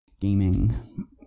gaming